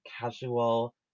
casual